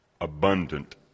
abundant